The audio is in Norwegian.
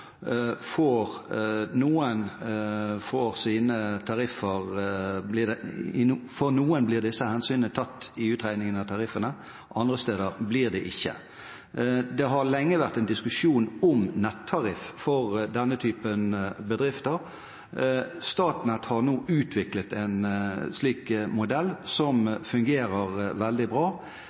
blir disse hensynene for noen tatt ved utregningen av tariffene, andre steder blir de ikke det. Det har lenge vært en diskusjon om nettariff for denne typen bedrifter. Statnett har nå utviklet en slik modell, som fungerer veldig bra.